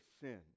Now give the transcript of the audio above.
sin